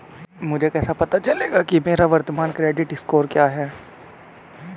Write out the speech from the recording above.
मुझे कैसे पता चलेगा कि मेरा वर्तमान क्रेडिट स्कोर क्या है?